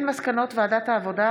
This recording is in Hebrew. מסקנות ועדת העבודה,